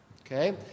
okay